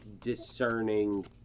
discerning